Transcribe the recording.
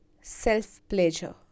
self-pleasure